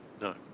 No